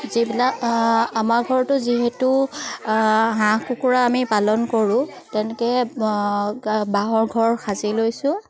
যিবিলাক আমাৰ ঘৰতো যিহেতু হাঁহ কুকুৰা আমি পালন কৰোঁ তেনেকৈ বাঁহৰ ঘৰ সাজি লৈছোঁ